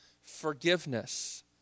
Forgiveness